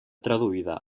traduïda